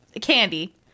candy